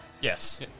Yes